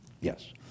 Yes